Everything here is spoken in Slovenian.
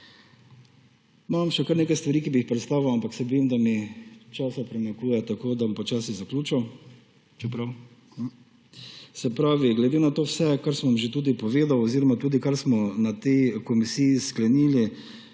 Imam še kar nekaj stvari, ki bi jih predstavil, ampak se bojim, da mi časa primanjkuje, tako da bom počasi zaključil. Glede na vse, kar sem že tudi povedal oziroma tudi kar smo na tej komisiji sklenili